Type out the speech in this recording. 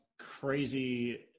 Crazy